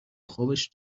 خابش